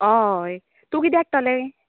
हय तूं कितें हाडटले